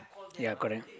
ya correct